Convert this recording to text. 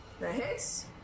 Nice